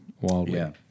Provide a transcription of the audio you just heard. wildly